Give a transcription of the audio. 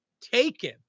taken